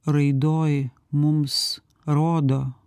raidoj mums rodo